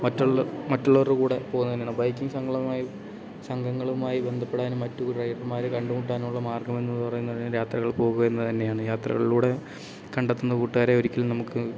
മറ്റുള്ള മറ്റുള്ളവരുടെ കൂടെ പോകുന്ന തന്നെയാണ് ബൈക്കിംഗ് സംഘമായി സംഘങ്ങളുമായി ബന്ധപ്പെടാനും മറ്റു റൈഡർമാരെ കണ്ട് മുട്ടാനുമുള്ള മാർഗം എന്ന് പറയുന്നത് യാത്രകൾ പോകുക എന്ന് തന്നെയാണ് യാത്രകളിലൂടെ കണ്ടെത്തുന്ന കൂട്ടുകാരെ ഒരിക്കലും നമുക്ക്